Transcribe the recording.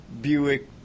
Buick